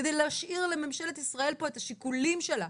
כדי להשאיר לממשלת ישראל פה את השיקולים שלה,